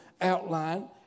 outline